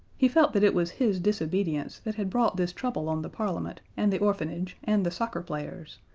he felt that it was his disobedience that had brought this trouble on the parliament and the orphanage and the soccer players,